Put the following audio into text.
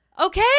Okay